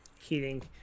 Heating